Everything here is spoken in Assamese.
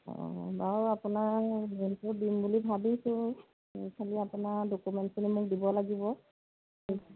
অ বাৰু আপোনাৰ দিম বুলি ভাবিছোঁ খালি আপোনাৰ ডকুমেণ্টছখিনি মোক দিব লাগিব